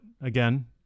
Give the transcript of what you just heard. again